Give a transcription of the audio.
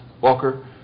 Walker